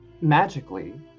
Magically